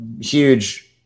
huge